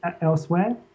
elsewhere